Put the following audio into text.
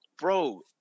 bro